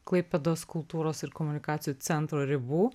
klaipėdos kultūros ir komunikacijų centro ribų